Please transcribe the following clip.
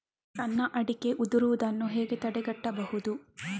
ಸಣ್ಣ ಅಡಿಕೆ ಉದುರುದನ್ನು ಹೇಗೆ ತಡೆಗಟ್ಟಬಹುದು?